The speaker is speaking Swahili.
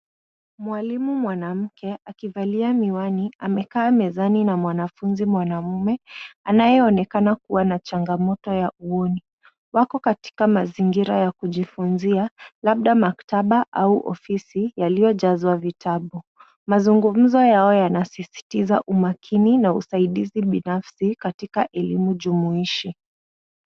Mwalimu mwanamke akivalia miwani amekaa mezani na mwanafunzi mwanaume anayeonekana kuwa na changamoto ya uoni. Wako katika mazingira ya kujifunzia labda maktaba au ofisi yaliyojazwa vitabu. Mazungumzo yao yanasisitiza umakini na usaidizi binafsi katika elimu jumuishi.